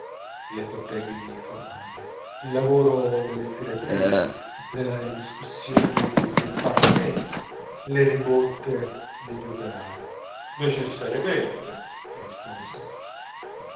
le botteghe di formaggi il lavoro delle stiratrici le discussioni del parlamento le ribotte degli operai necessariamente rispose